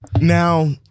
Now